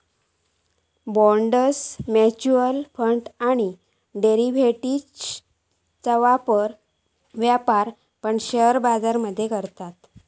bonds, mutual fund आणि डेरिव्हेटिव्ह्जचो व्यापार पण शेअर बाजार मध्ये करतत